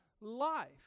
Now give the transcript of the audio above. life